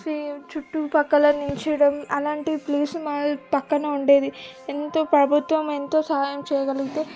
చి చుట్టుపక్కల నుంచడం అలాంటి ప్లేస్ మా పక్కన ఉండేది ఎంతో ప్రభుత్వం ఎంతో సహాయం చేయగలిగితే